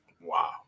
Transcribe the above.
Wow